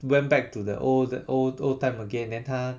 went back to the old old old time again then 他